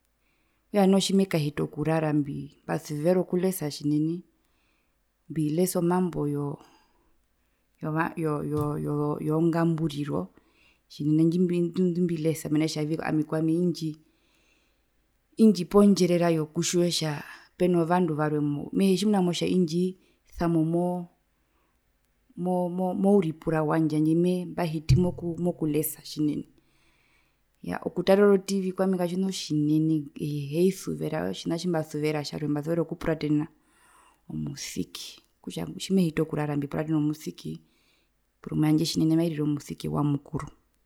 Okutja noho tjimekahita okurara mbasuvera okulesa tjinene mbilesa omambo yoo yo yo yongamburiro tjinene indji ondu ondu mbilesa ami kwami indji indjipa ondjerera yokutja peno vandu varwe mou mehee tjimuna motja indji isamo mo mo mouripura wandje handje mbahiti mokulesa tjinene iyaa okutarera o tv kwami katjina otjinene hiyeiusuvera otjina tjimbasuvera mbasuvera omusiki tjimehiti okurara mbipuratena omusiki porumwe tjandje tjinene mairire omusiki wa mukuru.